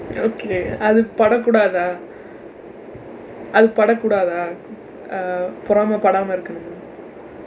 okay அது பட கூடாதா அது பட கூடாதா:athu pada kudaathaa athu pada kudaathaa err பொறாமை படமா இருக்கிறது:poraamai padamaa irukkirathu